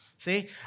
See